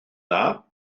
dda